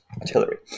Artillery